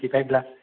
twenty five ब्ला